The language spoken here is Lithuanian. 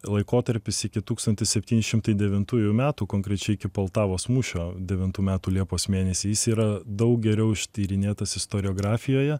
laikotarpis iki tūkstantis septyni šimtai devintų metų konkrečiai poltavos mūšio devintų metų liepos mėnesį jis yra daug geriau ištyrinėtas istoriografijoje